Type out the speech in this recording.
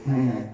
mmhmm